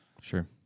Sure